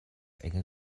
enge